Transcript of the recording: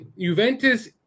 Juventus